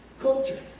culture